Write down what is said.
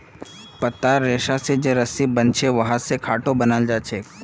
पत्तार रेशा स जे रस्सी बनछेक वहा स खाटो बनाल जाछेक